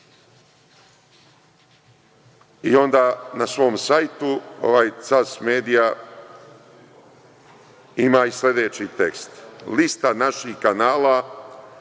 i onda na svom sajtu ovaj CAS medija ima i sledeći tekst, lista naših kanala,